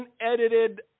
unedited